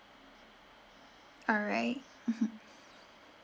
alright mmhmm